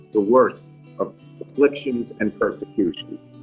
the worst of afflictions and persecutions.